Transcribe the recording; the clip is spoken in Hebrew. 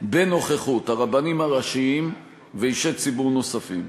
בנוכחות הרבנים הראשיים ואישי ציבור נוספים.